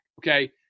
okay